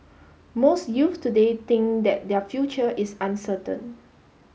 most youth today think that their future is uncertain